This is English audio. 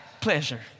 pleasure